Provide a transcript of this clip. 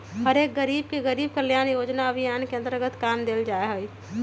हर एक गरीब के गरीब कल्याण रोजगार अभियान के अन्तर्गत काम देवल जा हई